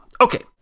Okay